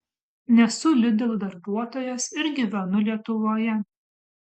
nesu lidl darbuotojas ir gyvenu lietuvoje